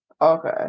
Okay